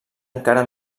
encara